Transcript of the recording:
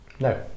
No